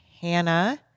Hannah